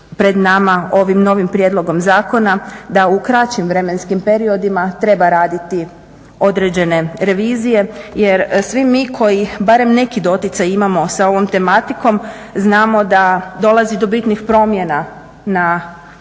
pred nama ovim novim prijedlogom zakona da u kraćim vremenskim periodima treba raditi određene revizije jer svi mi koji barem neki doticaj imamo sa ovom tematikom znamo da dolazi do bitnih promjena na